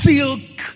Silk